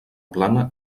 plana